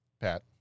Pat